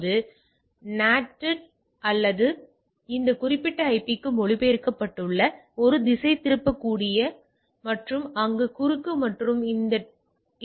எனவே இவை NATed அல்லது இந்த குறிப்பிட்ட ஐபிக்கு மொழிபெயர்க்கப்பட்டுள்ளன இது ஒரு திசைதிருப்பக்கூடியது மற்றும் அங்கு குறுக்கு மற்றும் இது இந்த இன்டெர்பேஸ் இன் ஐபி மற்றும் விஷயத்திற்கு செல்கிறது